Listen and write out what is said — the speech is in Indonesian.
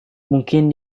mungkin